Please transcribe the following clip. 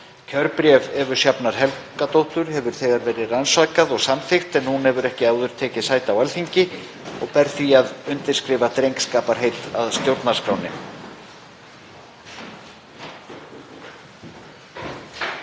Kjörbréf Evu Sjafnar Helgadóttur hefur þegar verið rannsakað og samþykkt en hún hefur ekki áður tekið sæti á Alþingi og ber því að undirskrifa drengskaparheit að stjórnarskránni.